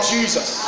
Jesus